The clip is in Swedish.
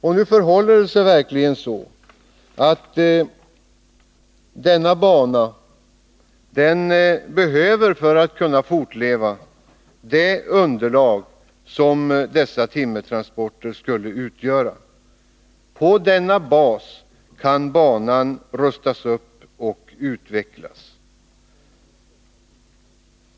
Och nu förhåller det sig verkligen så att denna bana för att kunna fortleva behöver det underlag som dessa timmertransporter skulle utgöra. På denna bas kan banan rustas upp och utvecklas.